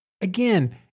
again